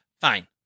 Fine